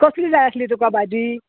कसली जाय आसली तुका भाजी